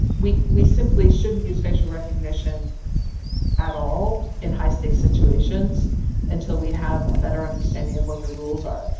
we we simply shouldn't use facial recognition at all in high stakes situations until we have a better understanding of what the rules are.